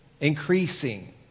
increasing